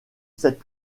cette